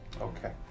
Okay